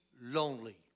lonely